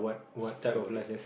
is perfect bodies